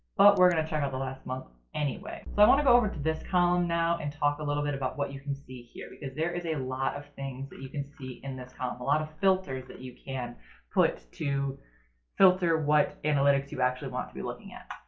but we're going to check out the last month anyway. so i want to go over to this column now and talk a little bit about what you can see here. because there is a lot of things that you can see in this colum, a lot of filters that you can put to filter what analytics you actually want to be looking at.